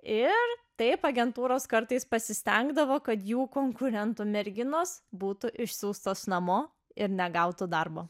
ir taip agentūros kartais pasistengdavo kad jų konkurentų merginos būtų išsiųstos namo ir negautų darbo